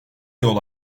yol